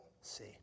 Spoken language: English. see